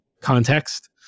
context